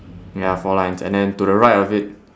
ya four lines and then to the right of it